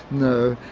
no,